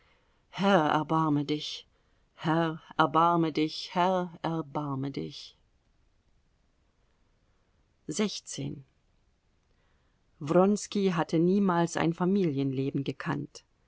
herr erbarme dich herr erbarme dich herr erbarme dich wronski hatte niemals ein familienleben gekannt